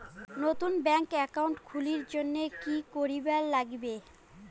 নতুন bank account করির জন্যে কি করিব নাগিবে?